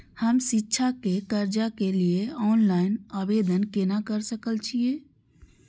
हम शिक्षा के कर्जा के लिय ऑनलाइन आवेदन केना कर सकल छियै?